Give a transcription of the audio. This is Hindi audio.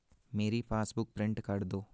मेरी पासबुक प्रिंट कर दो